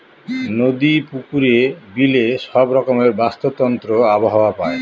নদী, পুকুরে, বিলে সব রকমের বাস্তুতন্ত্র আবহাওয়া পায়